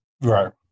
Right